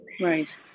Right